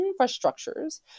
infrastructures